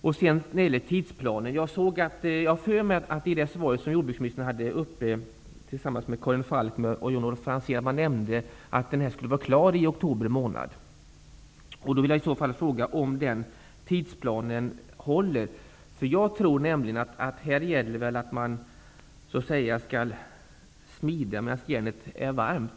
I det svar som jordbruksministern gav vid diskussioner med Karin Falkmer och Jan-Olof Franzén, vill jag minnas att jordbruksministern nämnde att tidsplanen skulle vara klar i oktober månad. Jag undrar om tidsplanen håller? Jag tror nämligen att man skall smida medan järnet är varmt.